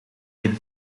geen